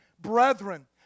brethren